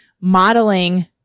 modeling